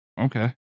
Okay